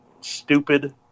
stupid